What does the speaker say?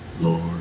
Lord